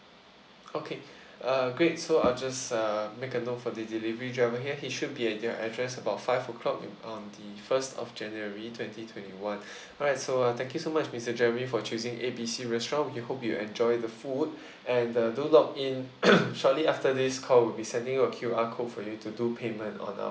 okay uh great so I'll just uh make a note for the delivery driver here he should be at your address about five o'clock um the first of january twenty twenty one alright so uh thank you so much mister jeremy for choosing A B C restaurant we hope you enjoy the food and uh do lock in shortly after this call we'll be sending a Q_R code for you to do payment on our